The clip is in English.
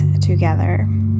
together